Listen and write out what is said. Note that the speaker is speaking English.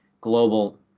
global